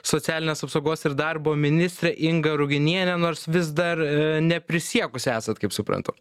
socialinės apsaugos ir darbo ministrė inga ruginienė nors vis dar neprisiekusi esat kaip suprantu